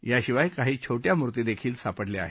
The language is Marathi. याशिवाय काही छो झा मूर्ती देखील सापडल्या आहेत